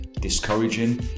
discouraging